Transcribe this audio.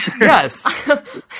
Yes